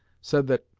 said that,